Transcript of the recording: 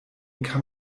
kann